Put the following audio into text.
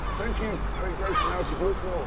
thank you, harry grayson, out of look north.